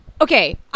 okay